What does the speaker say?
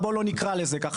אבל בואו לא נקרא לזה ככה.